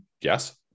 yes